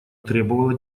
требовала